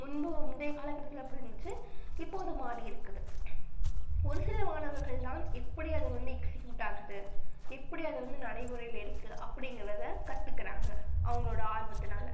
முன்பு முந்தைய காலக்கட்டத்தில் எப்படி இருந்துச்சு இப்போது மாறி இருக்குது ஒரு சில மாணவர்கள்தான் எப்படி அதை வந்து எக்ஸ்க்யூட் ஆக்குது எப்படி அதை வந்து நடைமுறையில் இருக்குது அப்படிங்கிறத கற்றுக்கிறாங்க அவங்களோட ஆர்வத்தினால